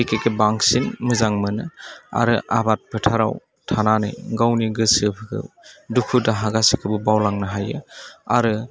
बिखेखै बांसिन मोजां मोनो आरो आबाद फोथाराव थानानै गावनि गोसोफोखौ दुखु दाहा गासिबखौबो बावलांनो हायो आरो